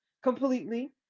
completely